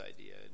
idea